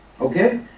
okay